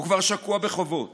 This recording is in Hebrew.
הוא כבר שקוע בחובות